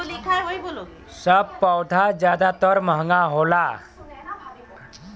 सब पउधा जादातर महंगा होला